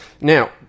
Now